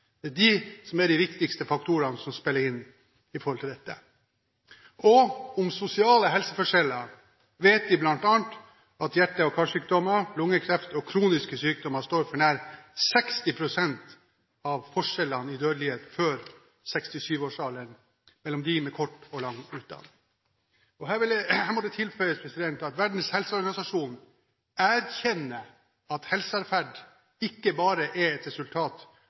Vi vet at hjerte- og karsykdommer, lungekreft og kroniske sykdommer står for nær 60 pst. når det gjelder forskjell i dødelighet før 67-årsalderen – mellom dem med kort og dem med lang utdanning. Her må det tilføyes at Verdens helseorganisasjon erkjenner at helseadferd ikke bare er et resultat